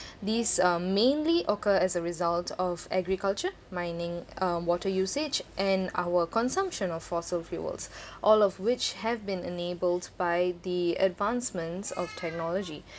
these um mainly occur as a result of agriculture mining um water usage and our consumption of fossil fuels all of which have been enabled by the advancements of technology